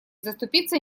заступиться